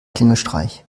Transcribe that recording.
klingelstreich